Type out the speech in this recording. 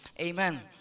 Amen